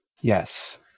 Yes